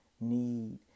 need